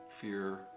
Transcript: fear